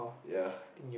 ya